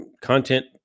content